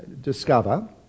discover